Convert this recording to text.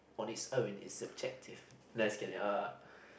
nice getting up